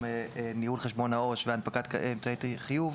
ניהול חשבון העו"ש והנפקת אמצעי חיוב.